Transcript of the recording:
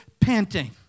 panting